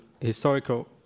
historical